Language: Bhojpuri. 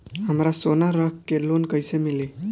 हमरा सोना रख के लोन कईसे मिली?